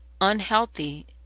unhealthy